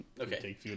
Okay